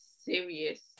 serious